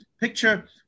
picture